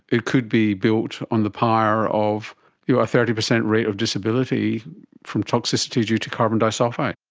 it could be built on the pyre of you know a thirty percent rate of disability from toxicity due to carbon disulphide?